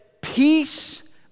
peace